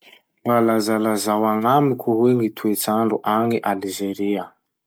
Mba lazalazao agnamiko hoe gny toetsandro agny Alzeria?